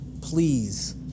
please